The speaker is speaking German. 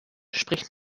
spricht